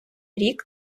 рік